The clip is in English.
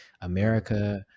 America